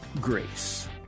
grace